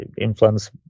influence